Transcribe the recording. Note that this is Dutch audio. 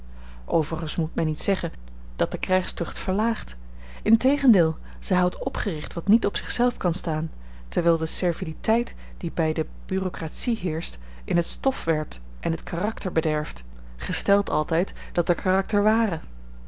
overigens moet men niet zeggen dat de krijgstucht verlaagt integendeel zij houdt opgericht wat niet op zich zelf kan staan terwijl de serviliteit die bij de bureaucratie heerscht in het stof werpt en het karakter bederft gesteld altijd dat er karakter ware